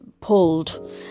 pulled